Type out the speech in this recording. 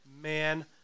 man